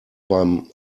beim